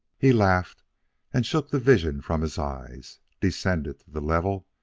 he laughed and shook the vision from his eyes, descended to the level,